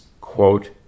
quote